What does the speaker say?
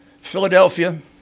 Philadelphia